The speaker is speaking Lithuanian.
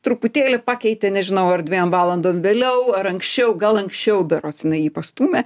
truputėlį pakeitė nežinau ar dviem valandom vėliau ar anksčiau gal anksčiau berods jinai jį pastūmė